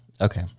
Okay